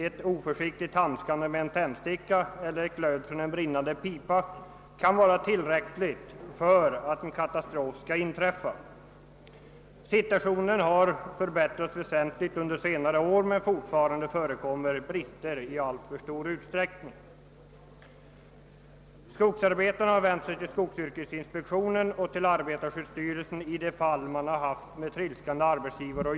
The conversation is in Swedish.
Ett oförsiktigt hanterande av en tändsticka eller glöd från en brinnande pipa kan vara tillräckligt för att en katastrof skall inträffa. Situationen har förbättrats väsentligt under senare år, men fortfarande förekommer brister i alltför stor utsträckning. Skogsarbetarna har vänt sig till skogsyrkesinspektionen och till arbetarskyddsstyrelsen i de fall där man haft att göra med tredskande arbetsgivare.